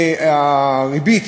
והריבית,